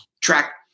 track